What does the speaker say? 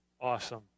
awesome